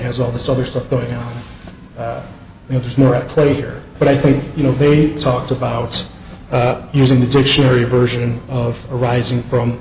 has all this other stuff going on you know there's more at play here but i think you know we talked about using the dictionary version of arising from